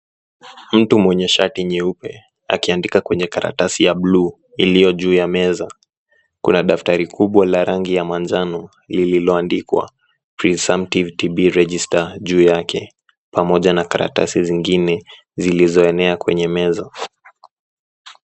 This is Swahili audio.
Mtu mwenye shati nyeupe akiandika kwenye karatasi ya bluu iliyo juu ya meza kuna daftari kubwa la rangi ya manjano lilioandikwa [presumptive TB register] juu yake, pamoja na karatasi zingine zilizoenea kwenye meza.